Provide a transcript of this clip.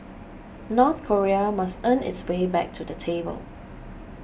North Korea must earn its way back to the table